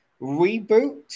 reboot